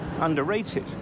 Underrated